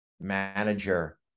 manager